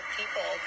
people